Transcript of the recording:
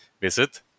Visit